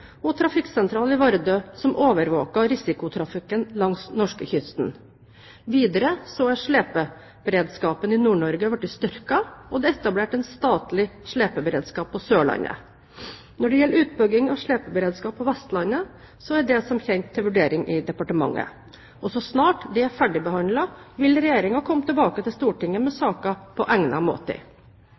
og en trafikksentral i Vardø som overvåker risikotrafikken langs norskekysten. Videre er slepeberedskapen i Nord-Norge blitt styrket, og det er etablert en statlig slepeberedskap på Sørlandet. Når det gjelder utbygging av slepeberedskap på Vestlandet, er det som kjent til vurdering i departementet. Så snart det er ferdigbehandlet, vil Regjeringen komme tilbake til Stortinget med saken på egnet måte.